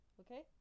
okay